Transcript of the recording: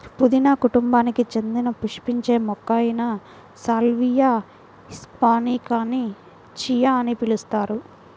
పుదీనా కుటుంబానికి చెందిన పుష్పించే మొక్క అయిన సాల్వియా హిస్పానికాని చియా అని పిలుస్తారు